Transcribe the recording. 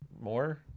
more